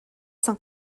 sans